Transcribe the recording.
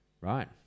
Right